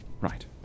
Right